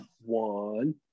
One